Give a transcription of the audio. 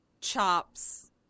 chops